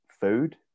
food